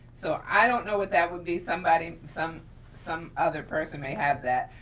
so i don't know what that would be somebody, some some other person may have that.